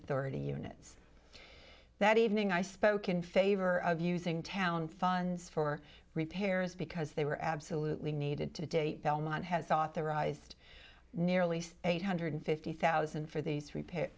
authority units that evening i spoke in favor of using town funds for repairs because they were absolutely needed to date belmont has authorized nearly eight hundred fifty thousand for these